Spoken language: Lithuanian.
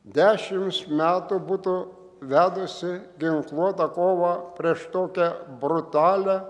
dešims metų būtų vedusi ginkluotą kovą prieš tokią brutalią